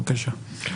בבקשה,